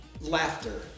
laughter